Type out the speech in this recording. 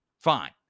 fine